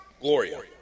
Gloria